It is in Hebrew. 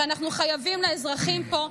שאנחנו חייבים לאזרחים פה,